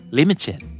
limited